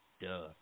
duh